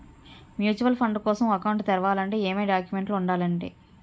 Mutual fund కోసం account తెరవాలంటే ఏమేం డాక్యుమెంట్లు ఉండాలండీ?